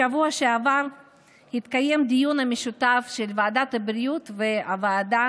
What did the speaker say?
בשבוע שעבר התקיים דיון משותף של ועדת הבריאות וועדת